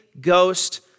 Ghost